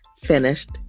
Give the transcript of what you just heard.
finished